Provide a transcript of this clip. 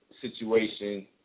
situation